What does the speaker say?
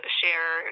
share